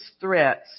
threats